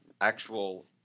actual